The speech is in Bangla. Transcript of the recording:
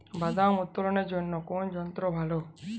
বাদাম উত্তোলনের জন্য কোন যন্ত্র ভালো?